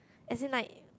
as in like